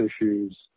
issues